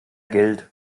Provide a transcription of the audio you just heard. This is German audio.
geld